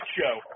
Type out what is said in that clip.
show